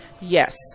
Yes